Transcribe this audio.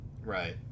Right